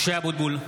(קורא בשמות חברי הכנסת) משה אבוטבול,